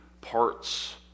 parts